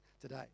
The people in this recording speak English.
today